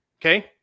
Okay